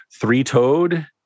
three-toed